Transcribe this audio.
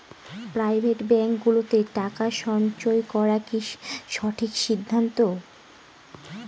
Private ব্যাঙ্কগুলোতে টাকা সঞ্চয় করা কি সঠিক সিদ্ধান্ত?